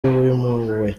wimuwe